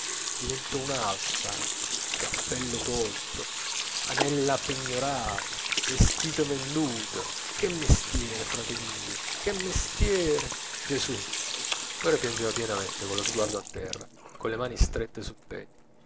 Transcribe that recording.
diventò un'altra cappello tolto anella pegnorate vesti vendute che mestiere frate mio che mestiere gesù ora piangeva pianamente con lo sguardo a terra con le mani strette sul